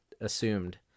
assumed